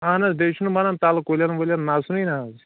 اَہن حظ بیٚیہِ چھُنہٕ بَنان تَلہٕ کُلٮ۪ن وُلٮ۪ن نَژنُے نہٕ حظ